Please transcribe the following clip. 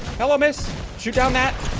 hello miss shoot down that